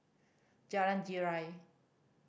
Jalan Girang